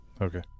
Okay